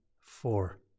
four